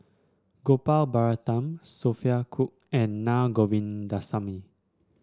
Gopal Baratham Sophia Cooke and Naa Govindasamy